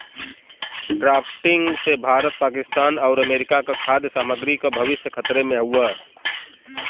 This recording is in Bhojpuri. ड्राफ्टिंग से भारत पाकिस्तान आउर अमेरिका क खाद्य सामग्री क भविष्य खतरे में हउवे